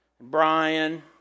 Brian